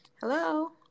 Hello